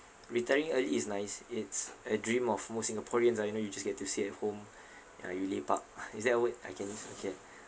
retiring early is nice it's a dream of most singaporeans ah you know you just get to stay at home ya you lepak is that a word I can use okay